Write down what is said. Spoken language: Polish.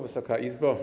Wysoka Izbo!